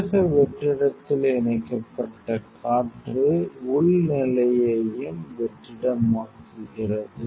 உள்ளக வெற்றிடத்தில் இணைக்கப்பட்ட காற்று உள்நிலையையும் வெற்றிடமாக்குகிறது